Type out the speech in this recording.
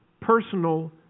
personal